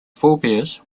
forebears